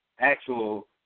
actual